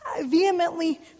vehemently